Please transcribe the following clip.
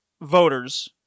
voters